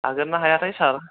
हागोन ना हायाथाय सार